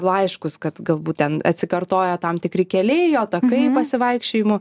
laiškus kad galbūt ten atsikartoja tam tikri keliai jo takai pasivaikščiojimų